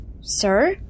sir